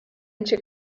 into